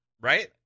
right